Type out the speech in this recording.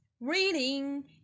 Reading